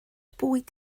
bwyd